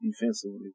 defensively